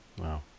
Wow